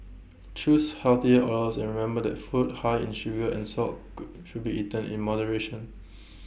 choose healthier oils and remember that food high in sugar and salt good should be eaten in moderation